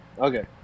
okay